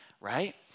right